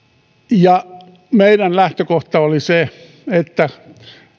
meidän lähtökohtamme oli se että